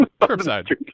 curbside